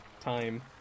time